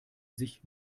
sich